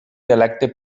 dialecte